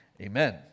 Amen